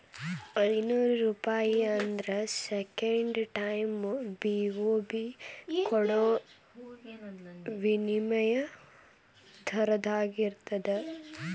ಐನೂರೂಪಾಯಿ ಆದ್ರ second time BOB ಕೊಡೋ ವಿನಿಮಯ ದರದಾಗಿರ್ತದ